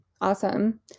Awesome